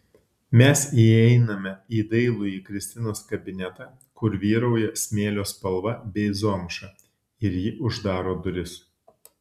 mes įeiname į dailųjį kristinos kabinetą kur vyrauja smėlio spalva bei zomša ir ji uždaro duris